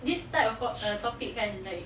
this type of to~ uh topic kan like